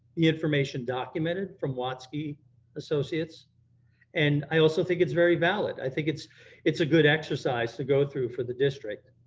information documented from watsky associates and i also think it's very valid. i think it's it's a good exercise to go through for the district.